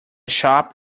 shop